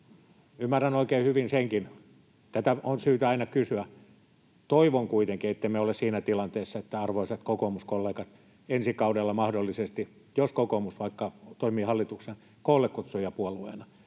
ymmärrän oikein hyvin senkin. Tätä on syytä aina kysyä. Toivon kuitenkin, ettemme ole siinä tilanteessa, arvoisat kokoomuskollegat, että ensi kaudella mahdollisesti, jos kokoomus vaikka toimii hallituksen koollekutsujapuolueena,